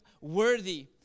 worthy